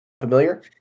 Familiar